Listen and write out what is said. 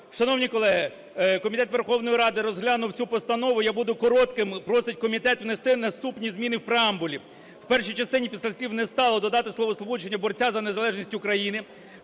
Шановні колеги, комітет Верховної Ради розглянув цю постанову. Я буду коротким. Просить комітет внести наступні зміни в преамбулі: в першій частині після слів "не стало" додати словосполучення "борця за незалежність України";